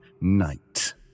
night